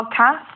podcast